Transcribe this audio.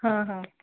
हा हा